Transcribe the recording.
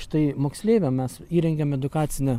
štai moksleiviam mes įrengėm edukacinę